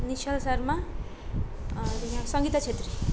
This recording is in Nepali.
निश्चल शर्मा अन्त यहाँ सङ्गिता छेत्री